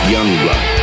Youngblood